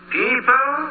people